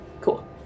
Cool